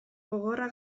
gogorra